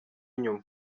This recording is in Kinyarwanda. nyuma